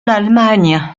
l’allemagne